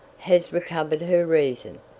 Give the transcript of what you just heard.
has recovered her reason.